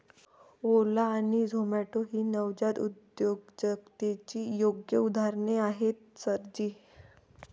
ओला आणि झोमाटो ही नवजात उद्योजकतेची योग्य उदाहरणे आहेत सर जी